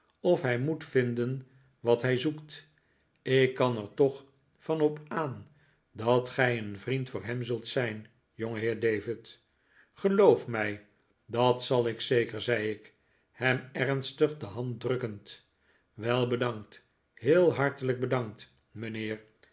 of hij moet vinden wat hij zoekt ik kan er toch van op aan dat gij een vriend voor hem zult zijn jongeheer david geloof mij dat zal ik zeker zei ik hem ernstig de hand drukkend wel bedankt heel hartelijk bedankt mijnheer